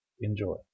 Enjoy